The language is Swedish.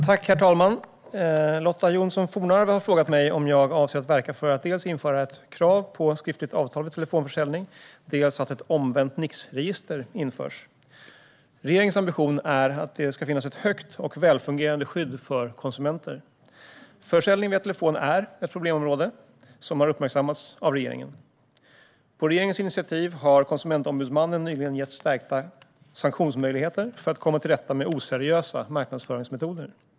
Herr talman! Lotta Johnsson Fornarve har frågat mig om jag avser att verka för att dels införa ett krav på skriftligt avtal vid telefonförsäljning, dels att ett omvänt Nixregister införs. Regeringens ambition är att det ska finnas ett starkt och välfungerande skydd för konsumenter. Försäljning via telefon är ett problemområde, vilket har uppmärksammats av regeringen. På regeringens initiativ har Konsumentombudsmannen nyligen getts stärkta sanktionsmöjligheter för att komma till rätta med oseriösa marknadsföringsmetoder.